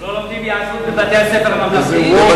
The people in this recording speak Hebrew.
לא לומדים יהדות בבתי-הספר הממלכתיים.